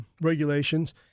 regulations